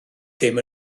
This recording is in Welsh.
ddim